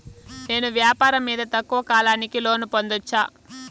నేను వ్యాపారం మీద తక్కువ కాలానికి లోను పొందొచ్చా?